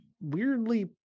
weirdly